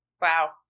Wow